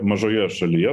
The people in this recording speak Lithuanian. mažoje šalyje